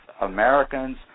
Americans